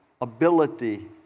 ability